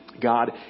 God